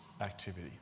activity